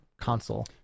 console